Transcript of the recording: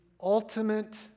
ultimate